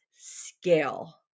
Scale